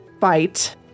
fight